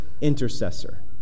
intercessor